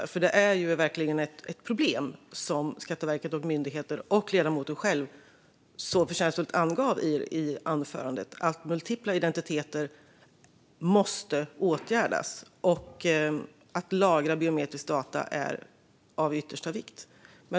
Multipla identiteter är verkligen ett problem som måste åtgärdas, vilket både Skatteverket, myndigheter och ledamoten själv angett, och att lagra biometriska data är därför av yttersta vikt.